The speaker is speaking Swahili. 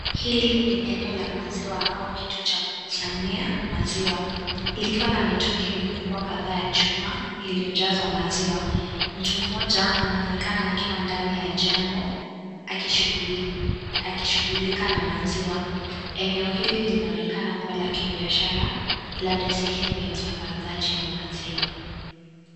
Hili ni eneo la maziwa au kituo cha kukusanyia maziwa. Likiwa na mitungi mikubwa kadhaa ya chuma, iliyojazwa maziwa. Mtu mmoja anaonekana akiwa ndani ya jengo, akishughulikia na maziwa. Eneo hili linaonekana kuwa la kibiashara labda sehemu ya usambazaji wa maziwa.